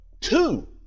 two